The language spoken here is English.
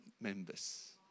members